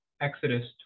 Exodus